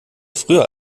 früher